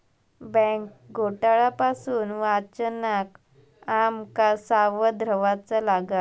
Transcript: bank घोटाळा पासून वाचण्याक आम का सावध रव्हाचा लागात